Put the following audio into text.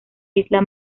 isla